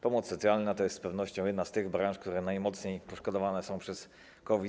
Pomoc socjalna to z pewnością jedna z tych branż, które najmocniej poszkodowane są przez COVID.